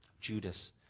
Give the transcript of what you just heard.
Judas